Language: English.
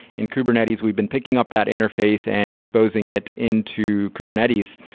in kubernetes, we've been picking up that interface and exposing it into kubernetes.